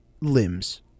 limbs